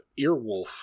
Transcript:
Earwolf